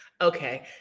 Okay